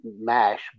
mash